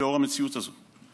לאור המציאות הזאת.